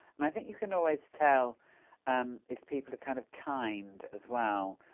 and i think you can always tell um if people are, kind of, kind, as well,